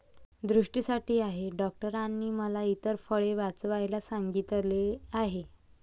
दृष्टीसाठी आहे डॉक्टरांनी मला इतर फळे वाचवायला सांगितले आहे